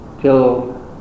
till